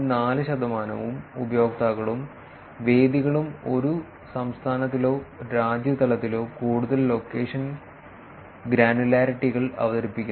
4 ശതമാനം ഉപയോക്താക്കളും വേദികളും ഒരു സംസ്ഥാനത്തിലോ രാജ്യ തലത്തിലോ കൂടുതൽ ലൊക്കേഷൻ ഗ്രാനുലാരിറ്റികൾ അവതരിപ്പിക്കുന്നു